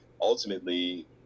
ultimately